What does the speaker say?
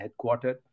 headquartered